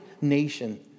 nation